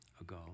ago